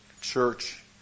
church